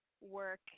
work